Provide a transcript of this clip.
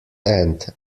end